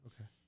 okay